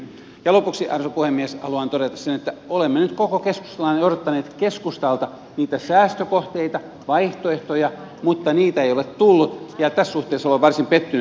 ja lopuksi arvoisa puhemies haluan todeta sen että olemme nyt koko keskustelun ajan odottaneet keskustalta niitä säästökohteita vaihtoehtoja mutta niitä ei ole tullut ja tässä suhteessa olen varsin pettynyt